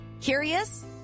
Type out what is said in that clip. Curious